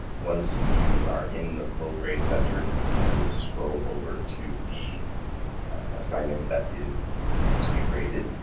once you are in the full grade center, you will scroll over to the assignment that is to be graded.